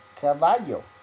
caballo